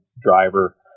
driver